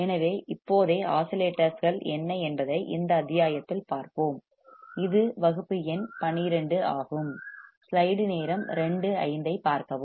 எனவே இப்போதே ஆஸிலேட்டர்கள் என்ன என்பதை இந்த அத்தியாயத்தில் பார்ப்போம் இது வகுப்பு எண் 12 ஆகும்